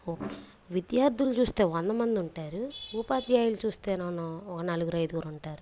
ఉ విద్యార్థులు చూస్తే వంద మంది ఉంటారు ఉపాధ్యాయులు చూస్తేనేమో ఓ నలుగురు ఐదుగురు ఉంటారు